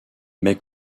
mais